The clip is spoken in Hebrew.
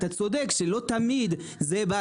אתה צודק שלא תמיד זה,